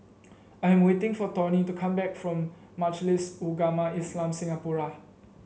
I'm waiting for Tawny to come back from Majlis Ugama Islam Singapura